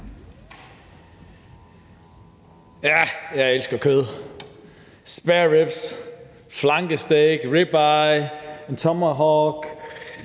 Jeg elsker kød, spareribs, flanksteak, ribeye, tomahawk,